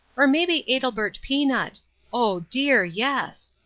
or maybe adelbert peanut oh, dear yes!